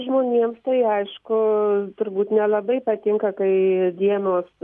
žmonėms tai aišku turbūt nelabai patinka kai dienos